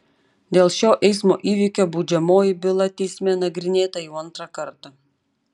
dėl šio eismo įvykio baudžiamoji byla teisme nagrinėta jau antrą kartą